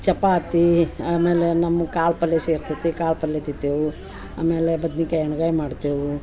ಚಪಾತಿ ಆಮೇಲೆ ನಮ್ಮ ಕಾಳು ಪಲ್ಯ ಸೇರ್ತತಿ ಕಾಳು ಪಲ್ಯೆ ತಿಂತೇವು ಆಮೇಲೆ ಬದ್ನಿಕಾಯಿ ಎಣ್ಗಾಯಿ ಮಾಡ್ತೇವು